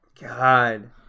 God